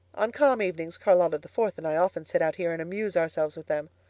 on calm evenings charlotta the fourth and i often sit out here and amuse ourselves with them.